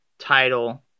title